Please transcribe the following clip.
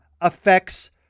affects